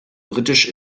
britisch